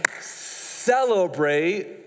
celebrate